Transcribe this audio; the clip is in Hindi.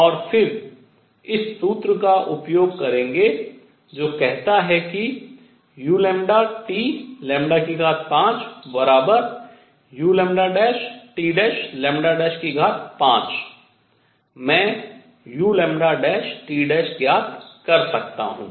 और फिर इस सूत्र का उपयोग करेंगे जो कहता है कि u 5 uλT' 5 मैं uλT' ज्ञात कर सकता हूँ